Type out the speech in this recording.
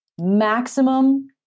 maximum